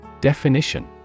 Definition